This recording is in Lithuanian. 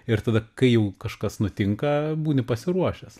ir tada kai jau kažkas nutinka būni pasiruošęs